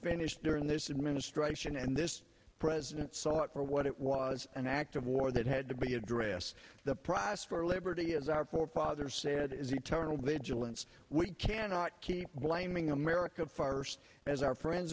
finished during this administration and this president sought for what it was an act of war that had to be address the process for liberty as our forefathers said is eternal vigilance we cannot keep blaming america first as our friends